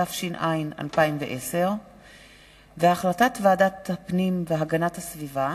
התש"ע 2010. החלטת ועדת הפנים והגנת הסביבה,